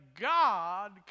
God